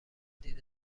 جدید